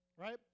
right